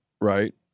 right